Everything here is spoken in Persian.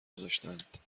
نداشتند